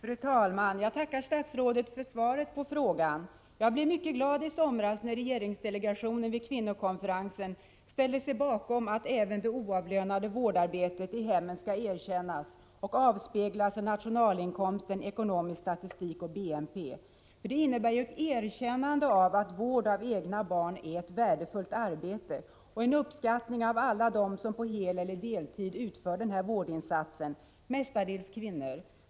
Fru talman! Jag tackar statsrådet för svaret på frågan. Jag blev mycket glad i somras när regeringsdelegationen vid kvinnokonferensen ställde sig bakom att även det oavlönade vårdarbetet i hemmen skall erkännas och avspeglas i nationalinkomsten, ekonomisk statistik och BNP. Det innebär ett erkännande av att vård av egna barn är ett värdefullt arbete och en uppskattning av alla dem som på heleller deltid utför denna vårdinsats, mestadels kvinnor.